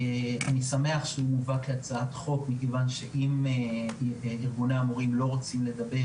אני שמח שהוא מובא כהצעת החוק מכיוון שאם ארגוני המורים לא רוצים לדבר